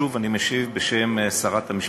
שוב אני משיב בשם שרת המשפטים.